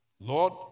Lord